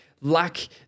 lack